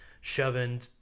shoving